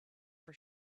for